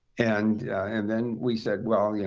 and and then we said, well, yeah